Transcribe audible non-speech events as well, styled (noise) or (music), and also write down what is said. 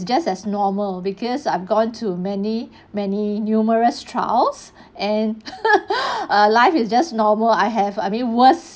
just as normal because I've gone to many many numerous trials and (laughs) uh life is just normal I have I mean worse